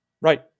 Right